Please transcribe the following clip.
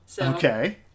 Okay